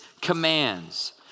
commands